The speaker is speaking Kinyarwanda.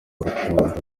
urukundo